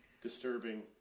Disturbing